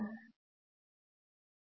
நன்றி